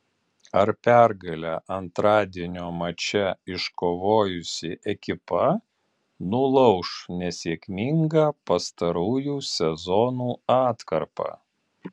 ar pergalę antradienio mače iškovojusi ekipa nulauš nesėkmingą pastarųjų sezonų atkarpą